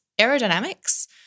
aerodynamics